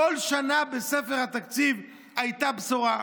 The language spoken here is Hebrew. כל שנה בספר התקציב הייתה בשורה,